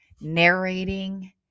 narrating